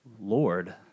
Lord